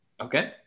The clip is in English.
Okay